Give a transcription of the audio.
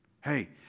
Hey